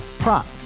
Prop